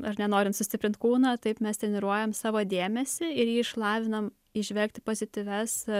ar ne norint sustiprint kūną taip mes treniruojam savo dėmesį ir ji išlavinam įžvelgti pozityvias